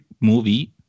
movie